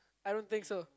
I don't think so